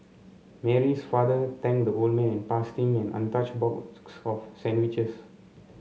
Mary's father thanked the old man passed him an untouched box of sandwiches